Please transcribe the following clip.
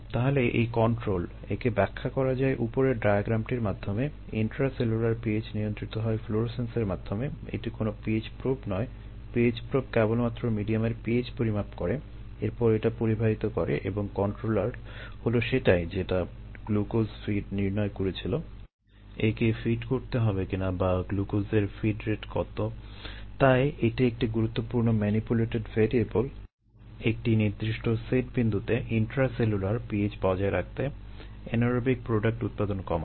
তাহলে এই কন্ট্রোল একটি নির্দিষ্ট সেট বিন্দুতে ইন্ট্রাসেলুলার pH বজায় রাখতে এন্যারোবিক প্রোডাক্ট উৎপাদন কমাতে